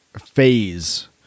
phase